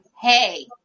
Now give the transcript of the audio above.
Hey